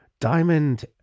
Diamond